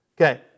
Okay